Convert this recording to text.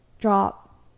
drop